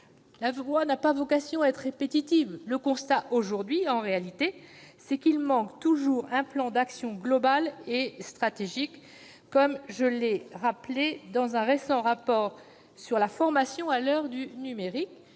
la loi n'a pas vocation à être répétitive ! Aujourd'hui, il manque toujours un plan d'action global et stratégique, comme je l'ai rappelé dans un récent rapport sur la formation à l'heure du numérique,